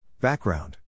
Background